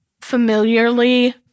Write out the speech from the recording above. familiarly